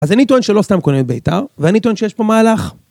אז אני טוען שלא סתם קונים ביתר, ואני טוען שיש פה מהלך.